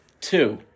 Two